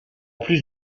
plus